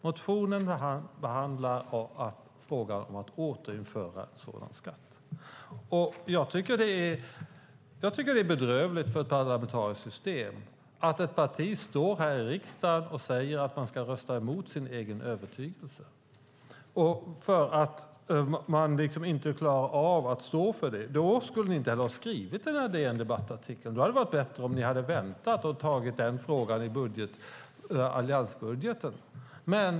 Motionen handlar ju om ett återinförande av nämnda skatt. För det parlamentariska systemet är det, tycker jag, bedrövligt när man i ett parti här i riksdagen säger att man ska rösta mot sin övertygelse därför att man inte klarar av att stå för den. Men då skulle ni inte ha skrivit DN Debatt-artikeln. Det hade varit bättre om ni hade väntat och tagit med frågan i alliansbudgeten.